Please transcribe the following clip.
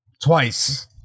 twice